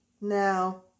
now